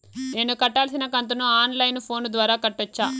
నేను కట్టాల్సిన కంతును ఆన్ లైను ఫోను ద్వారా కట్టొచ్చా?